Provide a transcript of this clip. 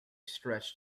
stretch